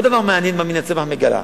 עוד דבר מעניין שמינה צמח מגלה: